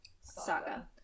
Saga